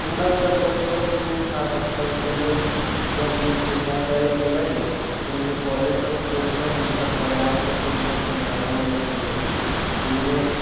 हमरा सभके क्षेत्रमे छात्र सभके लेल बड्ड नीक सुविधा कैल गेल अछि जेहिमे कॉलेज सभ खोलिके हुनकर पढ़ाइके सुविधाके बढ़ावा देल गेलै जाहिमे